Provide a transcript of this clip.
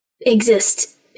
exist